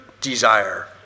desire